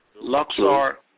Luxor